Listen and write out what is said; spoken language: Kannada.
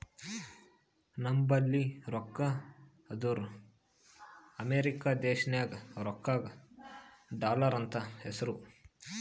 ನಂಬಲ್ಲಿ ರೊಕ್ಕಾ ಅಂದುರ್ ಅಮೆರಿಕಾ ದೇಶನಾಗ್ ರೊಕ್ಕಾಗ ಡಾಲರ್ ಅಂತ್ ಹೆಸ್ರು